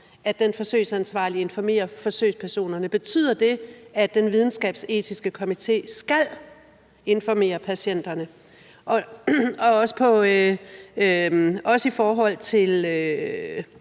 at den forsøgsansvarlige informerer forsøgspersonerne. Betyder det, at den videnskabsetiske komité skal informere patienterne? Det gælder også i forhold til